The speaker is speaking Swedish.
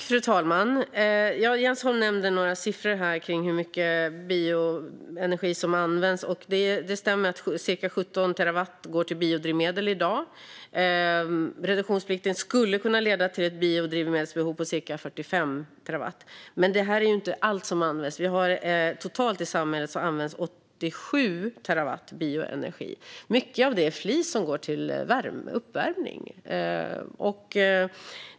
Fru talman! Jens Holm nämnde några siffror här om hur mycket bioenergi som används. Det stämmer att cirka 17 terawattimmar går till biodrivmedel i dag. Reduktionsplikten skulle kunna leda till ett biodrivmedelsbehov på cirka 45 terawattimmar. Men detta är inte allt som används. Totalt i samhället används 87 terawattimmar bioenergi. Mycket av det är flis som går till uppvärmning.